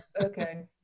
okay